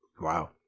wow